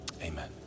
Amen